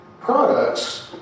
products